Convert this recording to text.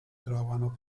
trovano